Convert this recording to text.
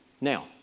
Now